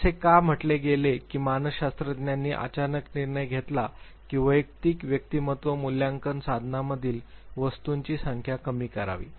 तर असे का म्हटले गेले की मानसशास्त्रज्ञांनी अचानक निर्णय घेतला की वैयक्तिक व्यक्तिमत्व मूल्यांकन साधनांमधील वस्तूंची संख्या कमी करावी